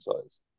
size